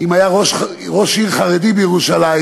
אם היה ראש עיר חרדי בירושלים,